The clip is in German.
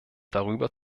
darüber